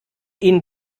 ihnen